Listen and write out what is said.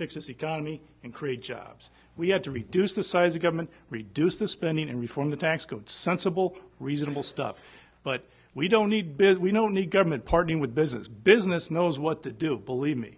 fix this economy and create jobs we have to reduce the size of government reduce the spending and reform the tax code sensible reasonable stuff but we don't need because we don't need government partnering with business business knows what to do believe me